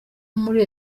muri